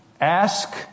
ask